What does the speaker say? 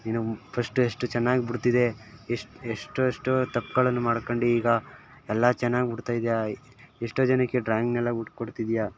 ನೀನು ಫಸ್ಟ್ ಎಷ್ಟು ಚೆನ್ನಾಗಿ ಬಿಡ್ತಿದ್ದೆ ಎಷ್ ಎಷ್ಟೆಷ್ಟು ತಪ್ಪುಗಳನ್ನ ಮಾಡ್ಕಂಡು ಈಗ ಎಲ್ಲಾ ಚೆನ್ನಾಗಿ ಬಿಡ್ತಾ ಇದ್ದೀಯ ಎಷ್ಟೋ ಜನಕ್ಕೆ ಡ್ರಾಯಿಂಗ್ನೆಲ್ಲ ಬಿಡ್ಕೊಡ್ತಿದ್ದೀಯಾ